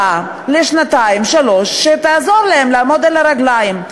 לשנתיים-שלוש שתעזור להן לעמוד על הרגליים.